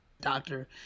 doctor